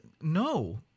No